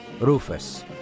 Rufus